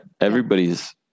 everybody's